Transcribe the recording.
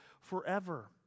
forever